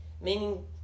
meaning